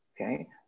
Okay